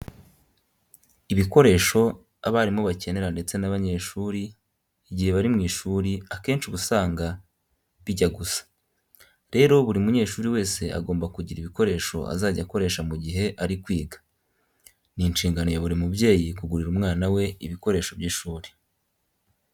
Ibikoresho abarimu bakenera ndetse n'abanyeshuri igihe bari mu ishuri akenshi uba usanga bijya gusa. Rero buri munyeshuri wese agomba kugira ibikoresho azajya akoresha mu gihe ari kwiga. Ni inshingano ya buri mubyeyi kugurira umwana we ibikoresho by'ishuri.